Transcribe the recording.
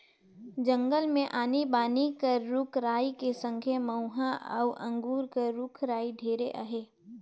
जंगल मे आनी बानी कर रूख राई कर संघे मउहा अउ अंगुर कर रूख राई ढेरे अहे